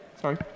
Sorry